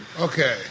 Okay